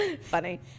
Funny